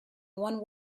one